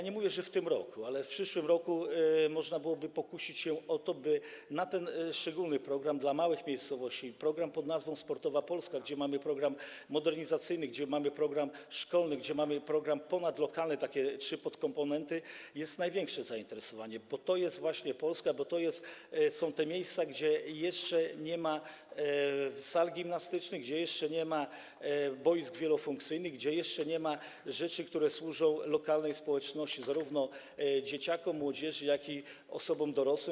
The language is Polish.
Nie mówię, że w tym roku, ale w przyszłym roku można byłoby pokusić się o to, bo tym szczególnym programem dla małych miejscowości, programem pn. „Sportowa Polska”, gdzie mamy program modernizacyjny, gdzie mamy program szkolny, gdzie mamy program ponadlokalny, takie trzy podkomponenty, jest największe zainteresowanie, bo dotyczy on właśnie tej Polski, bo dotyczy on tych miejsc, gdzie jeszcze nie ma sal gimnastycznych, gdzie jeszcze nie ma boisk wielofunkcyjnych, gdzie jeszcze nie ma rzeczy, które służą lokalnej społeczności, zarówno dzieciakom, młodzieży, jak i osobom dorosłym.